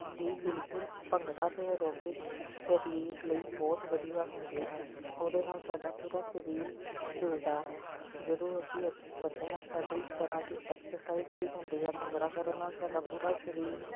ਜੀ ਬਿਲਕੁਲ ਭੰਗੜਾ ਅਤੇ ਆਰੋਬਿਕਸ ਸਰੀਰ ਲਈ ਬਹੁਤ ਵਧੀਆ ਹੁੰਦੇ ਹਨ ਉਹਦੇ ਨਾਲ ਸਾਡਾ ਪੂਰਾ ਸਰੀਰ ਹਿਲਦਾ ਹੈ ਜਦੋਂ ਅਸੀਂ ਕਰਦੇ ਹਾਂ ਸਾਡੀ ਤਰ੍ਹਾਂ ਦੀ ਐਕਸਰਸਾਈਜ਼ ਵੀ ਹੁੰਦੀ ਆ ਭੰਗੜਾ ਕਰਨ ਨਾਲ ਸਾਡਾ ਪੂਰਾ ਸਰੀਰ